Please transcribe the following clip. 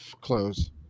close